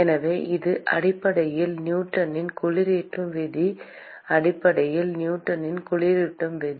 எனவே இது அடிப்படையில் நியூட்டனின் குளிரூட்டும் விதி அடிப்படையில் நியூட்டனின் குளிரூட்டும் விதி